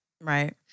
Right